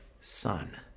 son